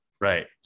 Right